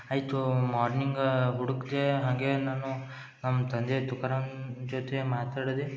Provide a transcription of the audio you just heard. ಆಯಿತು ಮೋರ್ನಿಂಗ್ ಹುಡುಕ್ದೆ ಹಾಗೇ ನಾನು ನಮ್ಮ ತಂದೆ ತುಕರಾಮ್ ಜೊತೆ ಮಾತಾಡ್ದೆ